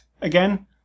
again